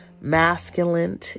masculine